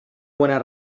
buenas